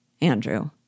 Andrew